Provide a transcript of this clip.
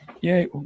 yay